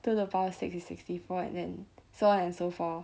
two to the power of six is sixty four and then so on and so forth